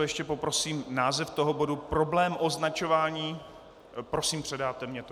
Ještě poprosím název toho bodu problém označování prosím, předáte mi to.